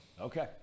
Okay